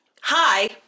hi